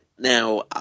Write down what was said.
Now